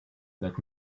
let